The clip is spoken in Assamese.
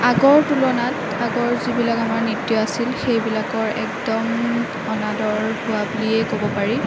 আগৰ তুলনাত আগৰ যিবিলাক আমাৰ নৃত্য আছিল সেইবিলাকৰ একদম অনাদৰ হোৱা বুলিয়ে ক'ব পাৰি